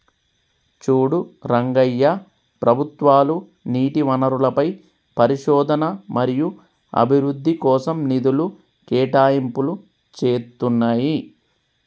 చూడు రంగయ్య ప్రభుత్వాలు నీటి వనరులపై పరిశోధన మరియు అభివృద్ధి కోసం నిధులు కేటాయింపులు చేతున్నాయి